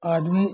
आदमी